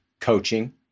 coaching